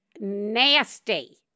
nasty